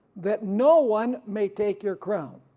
that no one may take your crown.